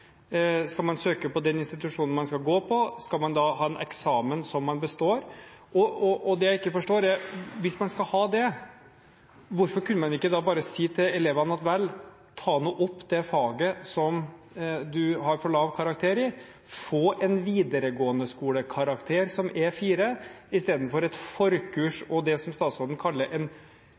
skal tilby dette forkurset? Skal man søke på den institusjonen man skal gå på? Skal man ha en eksamen som man består? Hvis man skal ha det, hvorfor kunne man da ikke bare si til elevene at de skal ta opp igjen det faget som de har for lav karakter i og få en videregående-skole-karakter som er 4, i stedet for et